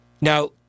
Now